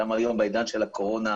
גם היום בעידן של הקורונה,